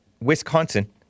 Wisconsin